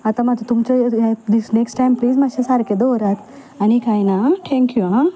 आतां म्हजो मात तुमचो नेक्स्ट टायम प्लीज मातशे सारके दवरात आनी कांय ना हा थँक्यू हा